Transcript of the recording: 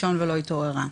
התעוררה.